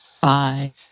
bye